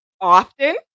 often